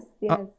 yes